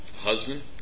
husband